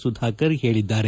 ಸುಧಾಕರ್ ಹೇಳಿದ್ದಾರೆ